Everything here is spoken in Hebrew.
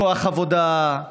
כוח עבודה,